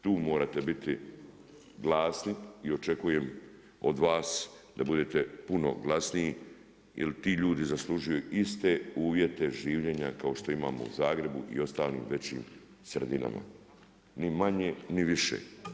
Tu morate biti glasni i očekujem od vas da budete puno glasniji jer ti ljudi zaslužuju iste uvjete življenja kao što imamo u Zagrebu i ostalim većim sredinama, ni manje ni više.